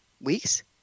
Weeks